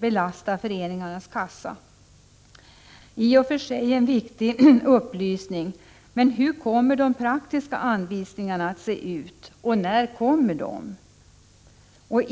belasta föreningarnas kassa. I och för sig är detta en viktig upplysning, men hur kommer de praktiska anvisningarna att se ut, och när kommer de?